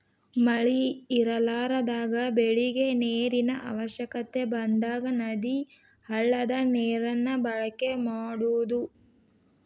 ಮಳಿ ಇರಲಾರದಾಗ ಬೆಳಿಗೆ ನೇರಿನ ಅವಶ್ಯಕತೆ ಬಂದಾಗ ನದಿ, ಹಳ್ಳದ ನೇರನ್ನ ಬಳಕೆ ಮಾಡುದು